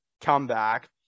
comeback